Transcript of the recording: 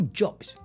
jobs